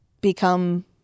become